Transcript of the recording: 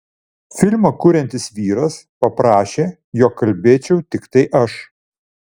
filmą kuriantis vyras paprašė jog kalbėčiau tiktai aš